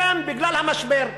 בשם, בגלל המשבר.